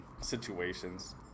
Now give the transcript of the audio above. situations